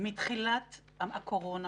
מתחילת הקורונה,